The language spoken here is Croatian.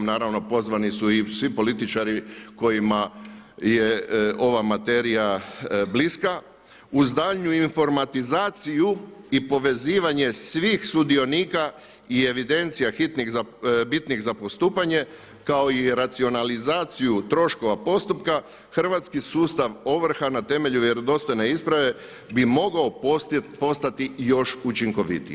Naravno pozvani su i svi političari kojima je ova materija bliska uz daljnju informatizaciju i povezivanje svih sudionika i evidencija bitnih za postupanje kao i racionalizaciju troškova postupka hrvatski sustav ovrha na temelju vjerodostojne isprave bi mogao postati još učinkovitiji.